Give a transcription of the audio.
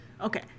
Okay